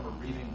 reading